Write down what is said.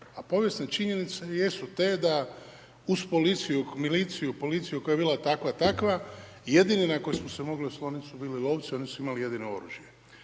A povijesne činjenice jesu te da uz policiju, miliciju, policiju koja je bila takva, takva jedini na koje smo se mogli osloniti su bili lovci. Oni su imali jedino oružje.